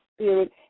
spirit